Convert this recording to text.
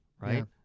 Right